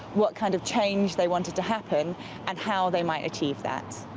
what kind of change they wanted to happen and how they might achieve that.